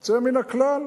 יוצא מן הכלל,